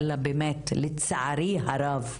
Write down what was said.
אלא באמת לצערי הרב.